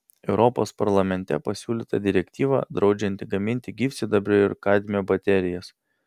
europos parlamente pasiūlyta direktyva draudžianti gaminti gyvsidabrio ir kadmio baterijas